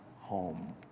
home